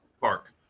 park